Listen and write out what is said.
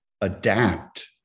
adapt